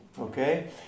Okay